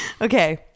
Okay